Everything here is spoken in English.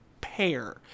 pair